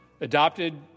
adopted